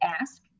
ask